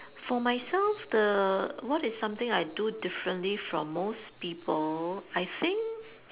for myself the what is something I do differently from most people I think